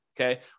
okay